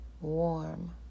warm